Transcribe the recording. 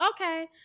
okay